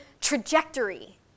trajectory